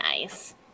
Nice